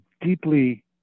deeply